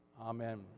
Amen